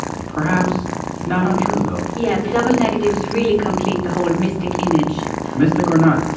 perhaps not untrue, though yeah, the double negatives really complete the whole mystic image mystic or not,